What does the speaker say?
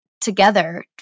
together